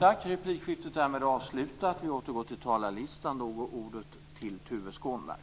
I enlighet med kammarens debattregler är detta replikskifte därmed avslutat.